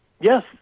yes